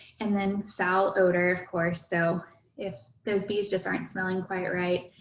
and then foul odor, of course. so if those bees just aren't smelling quite right.